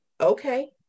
okay